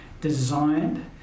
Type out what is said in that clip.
designed